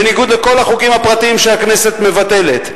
בניגוד לכל החוקים הפרטיים שהכנסת מבטלת.